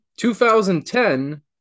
2010